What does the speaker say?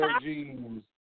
jeans